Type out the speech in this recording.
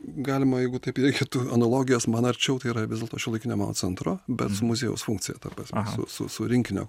galima jeigu taip reikėtų analogijos man arčiau tai yra vis dėlto šiuolaikinio meno centro bet su muziejaus funkcija ta prasme su su su rinkinio